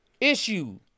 Issue